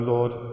Lord